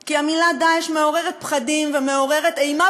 כי המילה "דאעש" מעוררת פחדים ומעוררת אימה,